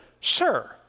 Sir